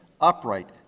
upright